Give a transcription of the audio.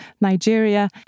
Nigeria